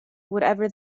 whatever